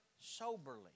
soberly